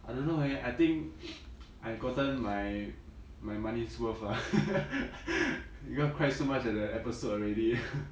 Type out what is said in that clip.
I don't know eh I think I gotten my my money's worth lah you've cried so much at the episode already